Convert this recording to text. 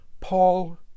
Paul